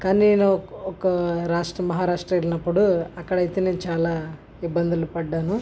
కానీ నేను ఒక రాష్ట్రం మహారాష్ట్ర వెళ్ళినప్పుడు అక్కడ అయితే నేను తెలుగు చాలా ఇబ్బందులు పడ్డాను